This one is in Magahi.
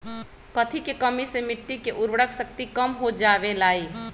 कथी के कमी से मिट्टी के उर्वरक शक्ति कम हो जावेलाई?